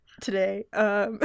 today